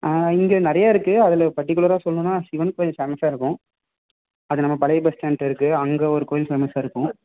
ஆ இங்கே நிறையா இருக்குது அதில் பர்ட்டிகுலராக சொல்லணும்னால் சிவன் கோயில் ஃபேமஸ்ஸாக இருக்கும் அது நம்ம பழைய பஸ் ஸ்டாண்ட்கிட்ட இருக்குது அங்கே ஒரு கோயில் ஃபேமஸ்ஸாக இருக்கும்